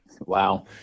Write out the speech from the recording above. Wow